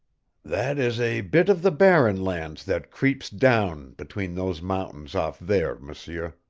that is a bit of the barren lands that creeps down between those mountains off there, m'seur,